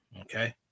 Okay